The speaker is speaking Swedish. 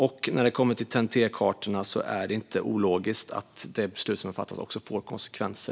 Och när det kommer till TEN-T-kartorna är det inte ologiskt att beslutet som fattats också får konsekvenser.